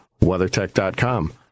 WeatherTech.com